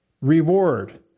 reward